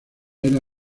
era